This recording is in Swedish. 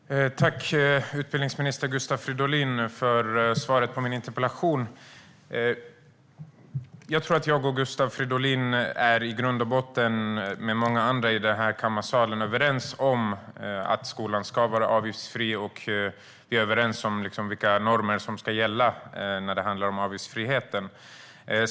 Herr talman! Tack, utbildningsminister Gustav Fridolin, för svaret på min interpellation! Jag tror att jag och Gustav Fridolin och många i den här kammaren är överens om att skolan ska vara avgiftsfri. Vi är överens om vilka normer som ska gälla när det handlar om avgiftsfrihet.